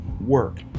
work